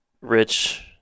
rich